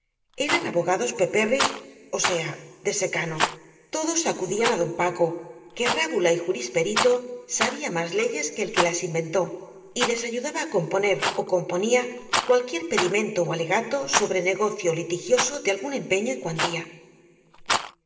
eran abogados peperris ó sea de secano todos acudían á don paco que rá bula y jurisperito sabía más leyes que el que las inventó y les ayudaba á componer ó componía cualquier pedimento ó alegato sobre negocio liti gioso de algún empeño y